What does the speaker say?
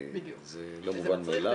זה לא מובן מאליו.